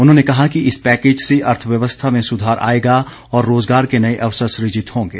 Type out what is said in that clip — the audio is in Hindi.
उन्होंने कहा कि इस पैकेज से अर्थव्यवस्था में सुधार आएगा और रोजगार के नए अवसर सुजित होंगे